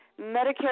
Medicare